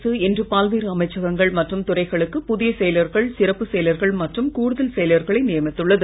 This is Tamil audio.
அரசு இன்று பல்வேறு அமைச்சகங்கள் மத்திய மற்றும் துறைகளுக்கு புதிய செயலர்கள் சிறப்பு செயலர்கள் மற்றும் கூடுதல் செயலர்களை நியமித்துள்ளது